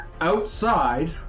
Outside